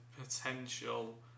potential